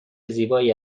زیبایی